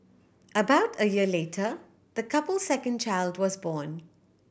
about a year later the couple's second child was born